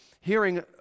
hearing